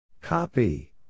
Copy